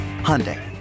Hyundai